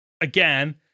again